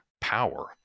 power